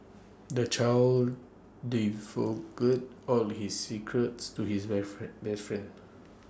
the child all his secrets to his best friend best friend